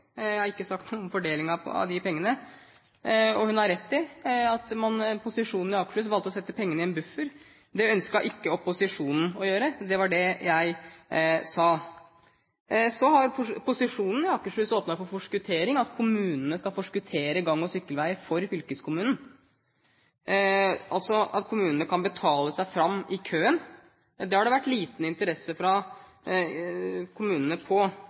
Jeg har ikke sagt noe om fordelingen av disse pengene. Og hun har rett i at posisjonen i Akershus valgte å sette pengene i en buffer. Det ønsket ikke opposisjonen å gjøre. Det var det jeg sa. Så har posisjonen i Akershus åpnet for forskuttering, at kommunene skal forskuttere gang- og sykkelvei for fylkeskommunen – altså at kommunene kan betale seg fram i køen. Det har det vært liten interesse for i kommunene.